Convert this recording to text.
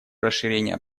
расширения